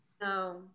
No